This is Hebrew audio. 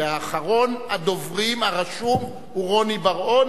ואחרון הדוברים הרשום הוא רוני בר-און.